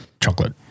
chocolate